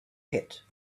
pit